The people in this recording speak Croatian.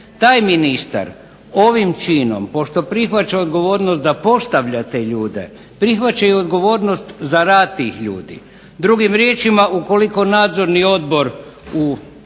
Taj ministar ovim činom, pošto prihvaća odgovornost da postavlja te ljude prihvaća i odgovornost za rad tih ljudi. Drugim riječima ukoliko nadzorni odbor u